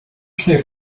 schnee